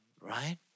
Right